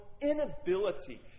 inability